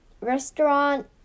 restaurant